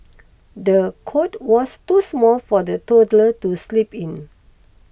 the cot was too small for the toddler to sleep in